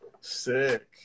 Sick